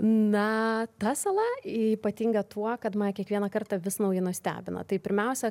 na ta sala ypatinga tuo kad mane kiekvieną kartą vis naujai nustebina tai pirmiausia